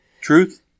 Truth